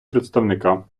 представника